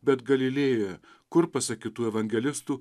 bet galilėjoje kur pasak kitų evangelistų